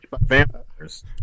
vampires